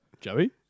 Joey